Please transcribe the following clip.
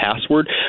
password